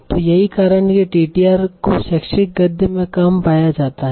तो यही कारण है कि टीटीआर को शैक्षिक गद्य में कम पाया जाता है